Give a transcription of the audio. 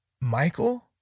Michael